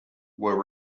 were